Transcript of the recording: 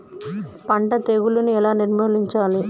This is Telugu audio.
పంట తెగులుని ఎలా నిర్మూలించాలి?